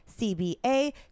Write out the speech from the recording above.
cba